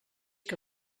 que